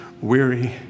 weary